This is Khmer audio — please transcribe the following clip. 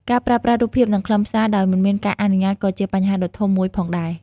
ការប្រើប្រាស់រូបភាពនិងខ្លឹមសារដោយមិនមានការអនុញ្ញាតក៏ជាបញ្ហាដ៏ធំមួយផងដែរ។